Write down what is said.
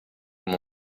come